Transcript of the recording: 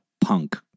punk